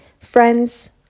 friends